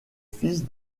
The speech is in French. fils